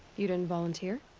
you didn't volunteer?